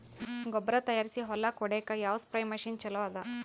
ಗೊಬ್ಬರ ತಯಾರಿಸಿ ಹೊಳ್ಳಕ ಹೊಡೇಲ್ಲಿಕ ಯಾವ ಸ್ಪ್ರಯ್ ಮಷಿನ್ ಚಲೋ ಅದ?